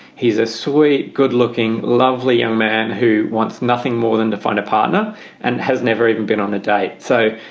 he's a sweet, good looking, lovely young man who wants nothing more than to find a partner and has never even been on a date. so,